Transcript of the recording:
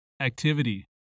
activity